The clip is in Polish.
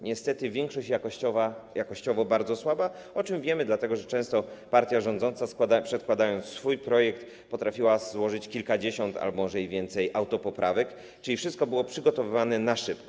Niestety większość jest jakościowo bardzo słaba, o czym wiemy, dlatego że często partia rządząca, przedkładając swój projekt, potrafiła złożyć kilkadziesiąt albo i więcej autopoprawek, czyli wszystko było przygotowywane na szybko.